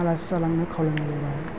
आलासि जालांनो खावलायनाय जाबाय